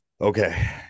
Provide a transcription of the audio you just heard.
Okay